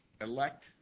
elect